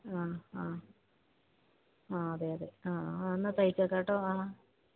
ആ ആ ആ അതെ അതെ ആ എന്നാല് തയ്ച്ചേക്കാം കേട്ടോ ആ